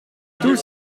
tout